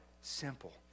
simple